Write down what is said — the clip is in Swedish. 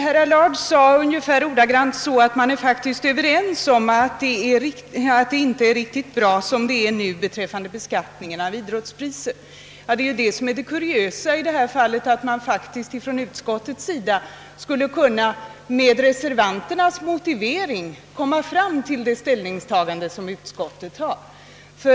Herr Allard säger att man faktiskt är överens om att det inte är riktigt bra som det är nu beträffande beskattningen av idrottspriser. Ja, det är ju det som är det kuriösa i detta fall, att man med reservanternas motivering skulle kunna komma fram till utskottets ställningstagande.